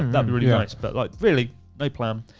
and be really nice, but like really no plan.